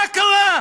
מה קרה?